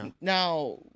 Now